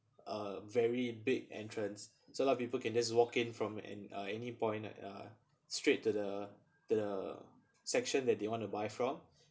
a very big entrance so a lot of people can just walk in from an uh any point uh straight to the to the section that they want to buy from